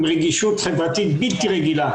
עם רגישות חברתית בלתי רגילה.